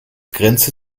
grenze